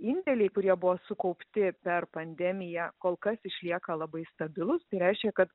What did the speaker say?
indėliai kurie buvo sukaupti per pandemiją kol kas išlieka labai stabilūs tai reišia kad